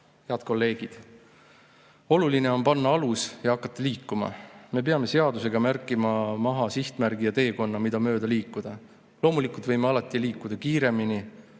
Head kolleegid! Oluline on panna alus ja hakata liikuma. Me peame seadusega märkima maha sihtmärgi ja teekonna, mida mööda liikuda. Loomulikult võime alati liikuda kiiremini